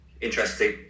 interesting